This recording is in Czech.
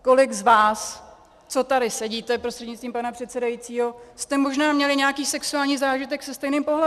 Kolik z vás, co tady sedíte, prostřednictvím pana předsedajícího, jste možná měli nějaký sexuální zážitek se stejným pohlavím!